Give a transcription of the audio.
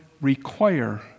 require